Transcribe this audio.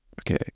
okay